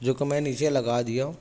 جوکہ میں نیچے لگا دیا